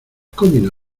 comido